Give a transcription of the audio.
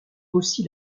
aussi